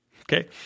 Okay